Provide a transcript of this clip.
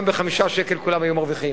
גם ב-5 שקלים כולם היו מרוויחים.